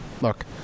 Look